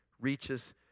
reaches